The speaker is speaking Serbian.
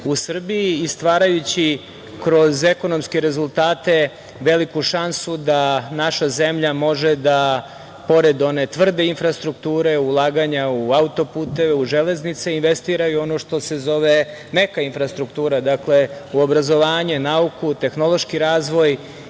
u Srbiji i stvarajući kroz ekonomske rezultate veliku šansu da naša zemlja može da pored one tvrde infrastrukture, ulaganja u autoputeve, u železnice, investira u ono što se zove meka infrastruktura, dakle u obrazovanje, u nauku, u tehnološki razvoj,